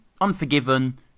Unforgiven